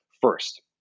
first